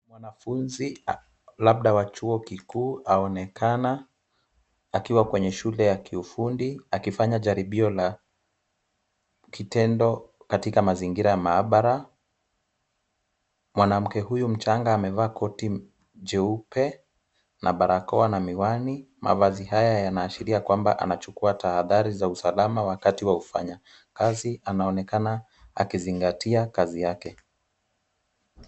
Mwanafunzi labda wa chuo kikuu aonekana akiwa kwenye shule ya kiufundi akifanya jaribio la kitendo katika mazingira maabara. Mwanamke huyu mchanga amevaa koti jeupe na barakoa na miwani. Mavazi haya yanaashiria kwamba anachukua tahadhari za usalama wakati wa ufanyakazi. Anaonekana akizingatia kazi yake.